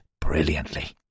brilliantly